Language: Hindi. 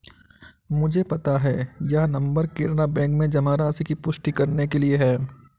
मुझे पता है यह नंबर कैनरा बैंक में जमा राशि की पुष्टि करने के लिए है